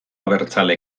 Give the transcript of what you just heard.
abertzale